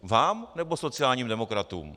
Vám, nebo sociálním demokratům?